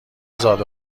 زاد